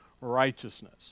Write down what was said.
righteousness